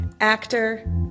actor